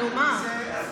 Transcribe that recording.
נו, מה?